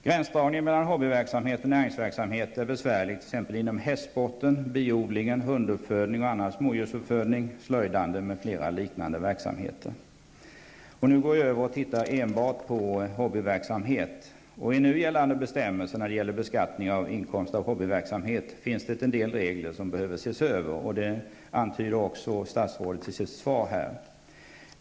Gränsdragningen mellan hobbyverksamhet och näringsverksamhet är besvärlig inom t.ex. hästsport, biodling, hunduppfödning och annan smådjursuppfödning, slöjdande m.fl. liknande verksamheter. Jag går nu över enbart på frågan om hobbyverksamhet. I nu gällande bestämmelser när det gäller beskattning av inkomst av hobbyverksamhet finns det en del regler som behöver ses över, vilket också statsrådet antydde i sitt svar.